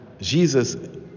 Jesus